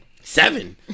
Seven